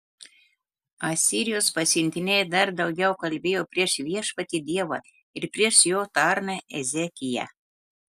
asirijos pasiuntiniai dar daugiau kalbėjo prieš viešpatį dievą ir prieš jo tarną ezekiją